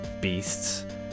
beasts